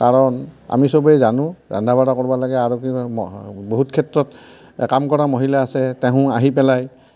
কাৰণ আমি চবেই জানো ৰন্ধা বঢ়া কৰিব লাগে আৰু কি হয় বহুত ক্ষেত্ৰত কাম কৰা মহিলা আছে তেহোঁ আহি পেলাই